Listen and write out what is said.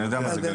אני יודע מה זה.